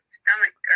stomach